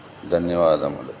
ధన్యవాదములు